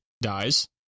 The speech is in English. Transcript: dies